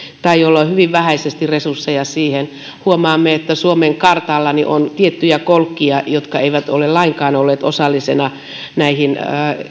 tai joilla on hyvin vähäisesti resursseja siihen huomaamme että suomen kartalla on tiettyjä kolkkia jotka eivät ole lainkaan olleet osallisena näihin